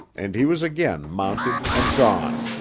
and he was again mounted and gone,